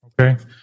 Okay